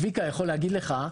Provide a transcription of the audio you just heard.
צביקה יכול להגיד לך,